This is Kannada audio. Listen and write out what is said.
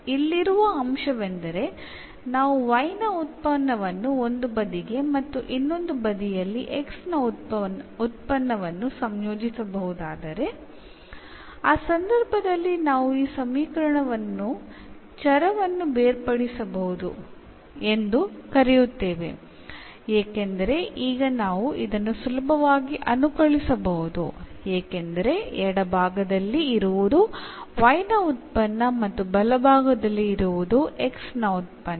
ಇಲ್ಲಿರುವ ಅಂಶವೆಂದರೆ ನಾವು y ನ ಉತ್ಪನ್ನವನ್ನು ಒಂದು ಬದಿಗೆ ಮತ್ತು ಇನ್ನೊಂದು ಬದಿಯಲ್ಲಿ x ನ ಉತ್ಪನ್ನವನ್ನು ಸಂಯೋಜಿಸಬಹುದಾದರೆ ಆ ಸಂದರ್ಭದಲ್ಲಿ ನಾವು ಈ ಸಮೀಕರಣವನ್ನು ಚರವನ್ನು ಬೇರ್ಪಡಿಸಬಹುದು ಎಂದು ಕರೆಯುತ್ತೇವೆ ಏಕೆಂದರೆ ಈಗ ನಾವು ಇದನ್ನು ಸುಲಭವಾಗಿ ಅನುಕಲಿಸಬಹುದು ಏಕೆಂದರೆ ಎಡಭಾಗದಲ್ಲಿ ಇರುವುದು y ನ ಉತ್ಪನ್ನ ಮತ್ತು ಬಲಭಾಗದಲ್ಲಿ ಇರುವುದು x ನ ಉತ್ಪನ್ನ